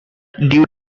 due